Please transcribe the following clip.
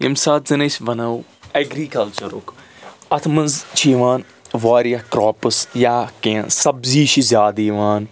ییٚمہِ ساتہٕ زَن أسۍ وَنو ایٚگرِکَلچرُک اَتھ منٛز چھِ یِوان واریاہ کَرٛاپٕس یا کینٛہہ سبزی چھِ زیادٕ یِوان